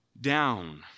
down